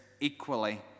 equally